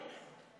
שנעשו.